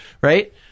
right